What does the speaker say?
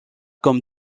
comme